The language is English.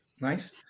Nice